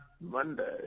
Monday